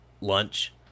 lunch